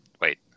Wait